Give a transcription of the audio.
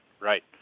right